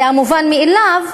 זה המובן מאליו,